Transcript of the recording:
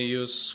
use